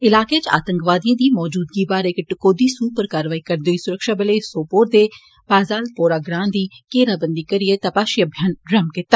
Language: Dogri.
इलाके च आतंकवादिएं दी मौजूदगी बारै इक टकोह्दी सूह उप्पर कारवाई करदे सुरक्षाबलें सौपोर दे पाजालपोरा ग्रां दी घेराबंदी करियै तपाशी अभियान रम्म कीता